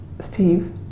steve